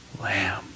lamb